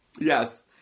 Yes